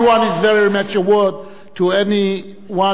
Everyone is very much aware of each of